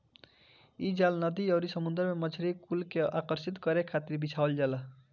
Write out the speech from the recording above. इ जाल नदी अउरी समुंदर में मछरी कुल के आकर्षित करे खातिर बिछावल जाला